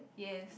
yes